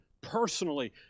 personally